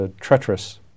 treacherous